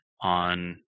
on